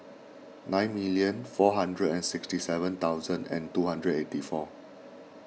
nine million four hundred and sixty seven thousand and two hundred eighty four